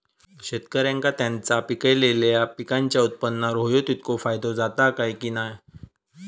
शेतकऱ्यांका त्यांचा पिकयलेल्या पीकांच्या उत्पन्नार होयो तितको फायदो जाता काय की नाय?